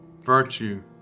virtue